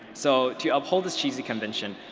so to uphold this cheesy convention,